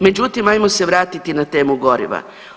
Međutim, ajmo se vratiti na temu goriva.